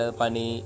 pani